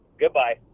goodbye